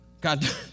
God